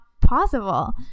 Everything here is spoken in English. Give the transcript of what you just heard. possible